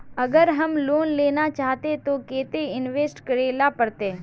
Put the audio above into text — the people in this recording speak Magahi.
अगर हम लोन लेना चाहते तो केते इंवेस्ट करेला पड़ते?